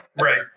Right